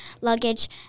luggage